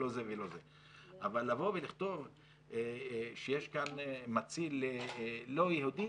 אבל לבוא ולכתוב שיש כאן מציל לא יהודי,